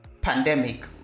pandemic